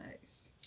nice